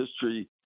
history